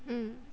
mm